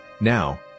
Now